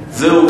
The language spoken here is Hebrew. זהו,